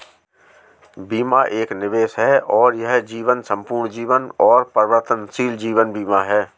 बीमा एक निवेश है और यह जीवन, संपूर्ण जीवन और परिवर्तनशील जीवन बीमा है